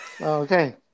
Okay